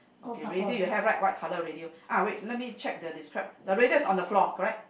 okay radio you have right white color radio uh wait let me check the describe the radio is on the floor correct